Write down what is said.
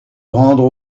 rendre